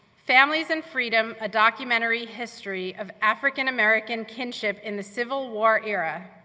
families and freedom, a documentary history of african-american kinship in the civil war era,